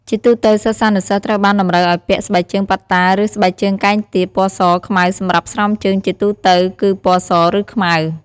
ជាទូទៅសិស្សានុសិស្សត្រូវបានតម្រូវឱ្យពាក់ ស្បែកជើងប៉ាត់តាឬ ស្បែកជើងកែងទាប ពណ៌ស ខ្មៅ សម្រាប់ស្រោមជើងជាទូទៅគឺ ពណ៌ស ឬ ខ្មៅ។